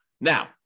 Now